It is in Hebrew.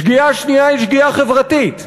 שגיאה שנייה היא שגיאה חברתית,